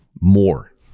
more